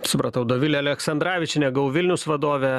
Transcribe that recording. supratau dovilė aleksandravičienė go vilnius vadovė